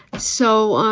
so.